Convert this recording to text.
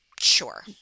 Sure